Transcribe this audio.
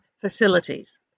facilities